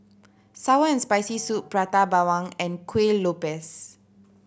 sour and Spicy Soup Prata Bawang and Kueh Lopes